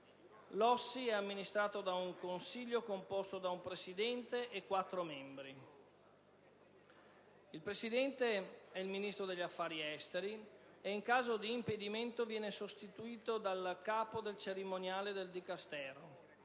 L'OSSI è amministrato da un consiglio, composto da un presidente e quattro membri. Il presidente è il Ministro degli affari esteri che, in caso di impedimento, viene sostituito dal capo del cerimoniale del Dicastero,